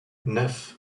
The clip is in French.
neuf